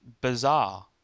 bizarre